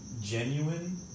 genuine